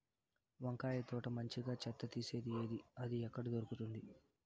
వంకాయ తోట మంచిగా చెత్త తీసేది ఏది? అది ఎక్కడ దొరుకుతుంది?